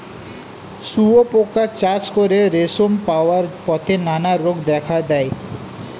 শুঁয়োপোকা চাষ করে রেশম পাওয়ার পথে নানা রোগ দেখা দেয়